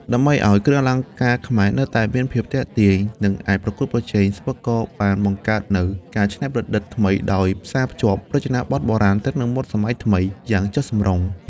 ដើម្បីឱ្យគ្រឿងអលង្ការខ្មែរនៅតែមានភាពទាក់ទាញ និងអាចប្រកួតប្រជែង សិប្បករបានបង្កើតនូវ ការច្នៃប្រឌិតថ្មី ដោយ ផ្សារភ្ជាប់រចនាបថបុរាណទៅនឹងម៉ូដសម័យទំនើប យ៉ាងចុះសម្រុង។